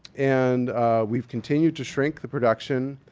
and we've continued to shrink the production.